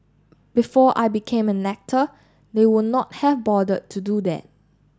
before I became an actor they would not have bothered to do that